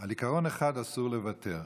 על עיקרון אחד אסור לוותר,